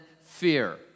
fear